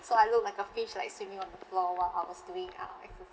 so I look like a fish like swimming on the floor while I was doing uh